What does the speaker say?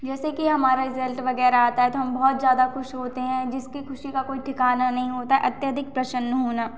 जैसे कि हमारा रिज़ल्ट वग़ैरह आता है तो हम बहुत ज़्यादा ख़ुश होते हैं जिसकी ख़ुशी का कोई ठिकाना नहीं होता अत्यधिक प्रसन्न होना